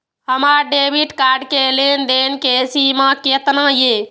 हमार debit card के लेन देन के सीमा केतना ये?